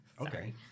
Okay